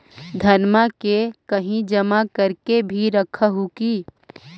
धनमा के कहिं जमा कर के भी रख हू की?